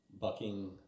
bucking